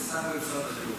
שר במשרד החינוך.